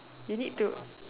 you need to